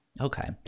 Okay